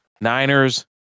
Niners